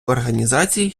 організацій